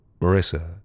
Marissa